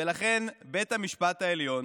לכן בית המשפט העליון